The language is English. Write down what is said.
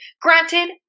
granted